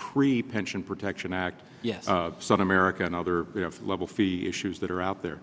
pre pension protection act yes sun america and other level fee issues that are out there